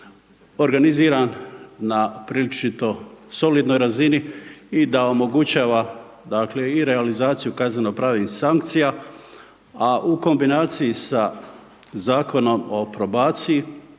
organiziran na prilično solidnoj razini i da omogućava dakle i realizaciju kazneno-pravnih sankcija a u kombinaciji sa Zakonom o probaciji,